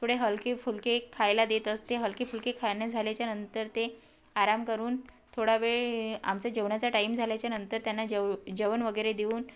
थोडे हलके फुलके खायला देत असते हलकेफुलके खाणे झाल्याच्यानंतर ते आराम करून थोडा वेळ आमचा जेवणाचा टाईम झाल्याच्यानंतर त्यांना जेव जेवण वगैरे देऊन